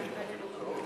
אפילו זהות.